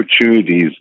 opportunities